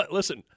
listen